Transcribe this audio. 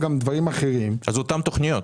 זה אותן תוכניות.